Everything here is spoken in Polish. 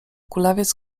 kulawiec